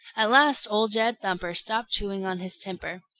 at last old jed thumper stopped chewing on his temper.